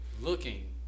looking